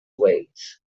ways